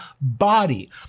body